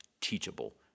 teachable